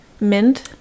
mint